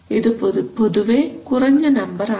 ഇത് പൊതുവേ കുറഞ്ഞ നമ്പറാണ്